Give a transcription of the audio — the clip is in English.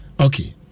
Okay